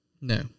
No